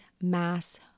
Mass